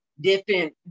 different